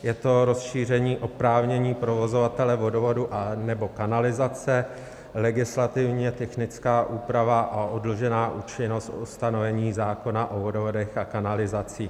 Je to rozšíření oprávnění provozovatele vodovodů nebo kanalizace, legislativně technická úprava, a odložená účinnost ustanovení zákona o vodovodech a kanalizacích.